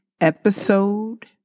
episode